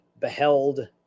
beheld